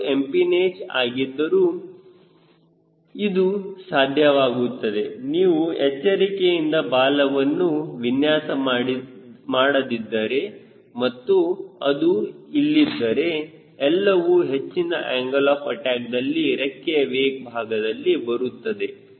ಇದು ಎಂಪಿನೇಜ ಹಾಗಿದ್ದರೂ ಇದು ಸಾಧ್ಯವಾಗುತ್ತದೆ ನೀವು ಎಚ್ಚರಿಕೆಯಿಂದ ಬಾಲವನ್ನು ವಿನ್ಯಾಸ ಮಾಡದಿದ್ದರೆ ಮತ್ತು ಅದು ಇಲ್ಲಿದ್ದರೆ ಎಲ್ಲವೂ ಹೆಚ್ಚಿನ ಆಂಗಲ್ ಆಫ್ ಅಟ್ಯಾಕ್ದಲ್ಲಿ ರೆಕ್ಕೆಯ ವೇಕ್ ಭಾಗದಲ್ಲಿ ಬರುತ್ತದೆ